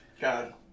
God